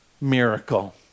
miracle